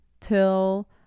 till